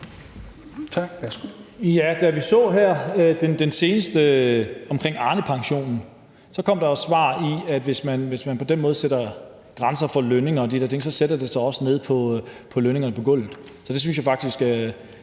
(NB): Vi så her i forbindelse med Arnepensionen, at der kom et svar om, at hvis man på den måde sætter grænser for lønninger og de der ting, så sætter det sig også i lønningerne til dem på gulvet. Så det synes jeg faktisk